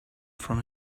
from